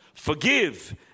Forgive